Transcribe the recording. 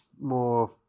more